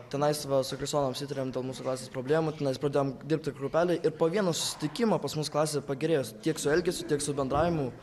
tenais va su kristijonu apsitarėm dėl mūsų klasės problemų tenais pradėjom dirbti grupelėj ir po vieno susitikimo pas mus klasėj pagerėjo tiek su elgesiu tiek su bendravimu